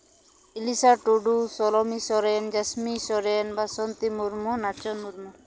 Ilisa Tudu Soromi Soren Jasmi Soren Basanti Murmu Nachon Murmu